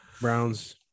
Browns